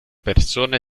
persone